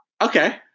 Okay